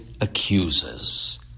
accuses